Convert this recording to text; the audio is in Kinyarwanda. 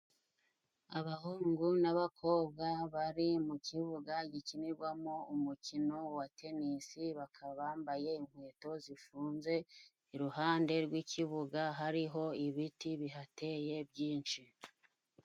Abahungu n'abakobwa bari mu kibuga gikinirwamo umukino wa tenisi. Bakaba bambaye inkweto zifunze, iruhande rw'ikibuga hariho ibiti bihateye byinshi.